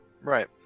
right